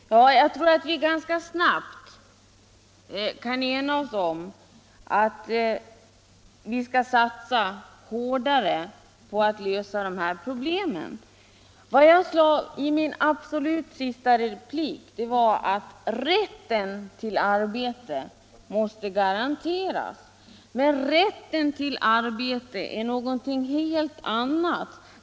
Herr talman! Jag tror att vi ganska snabbt kan ena oss om att vi skall satsa hårdare på att lösa de här problemen. Vad jag sade sist i mitt anförande var att rätten till arbete måste garanteras, men att ge rätt till arbete är något helt annat än det folkpartiet föreslår.